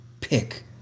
Pick